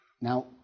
Now